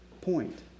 point